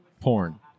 porn